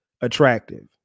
attractive